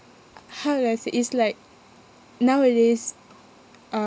how do I say is like nowadays uh